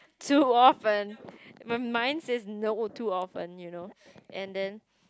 too often my mind says no too often you know and then